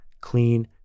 clean